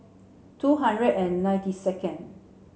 two hundred and ninety second